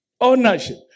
Ownership